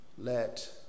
let